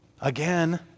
again